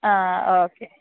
ആ ഓക്കെ